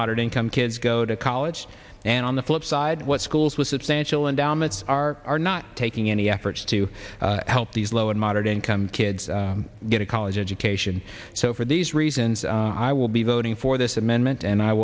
moderate income kids go to college and on the flip side what schools with substantial endowments are not taking any efforts to help these low and moderate income kids get a college education so for these reasons i will be voting for this amendment and i